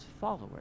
followers